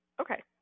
Okay